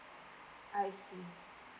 I see